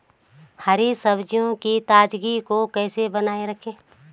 हरी सब्जियों की ताजगी को कैसे बनाये रखें?